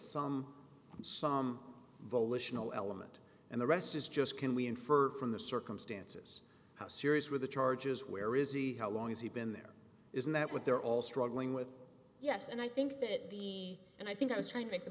some some volitional element and the rest is just can we infer from the circumstances how serious were the charges where is he how long has he been there isn't that what they're all struggling with yes and i think that the and i think i was trying to make the